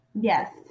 Yes